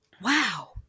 wow